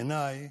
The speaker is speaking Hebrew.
בעיניי